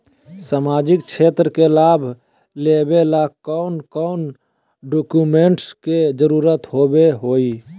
सामाजिक क्षेत्र के लाभ लेबे ला कौन कौन डाक्यूमेंट्स के जरुरत होबो होई?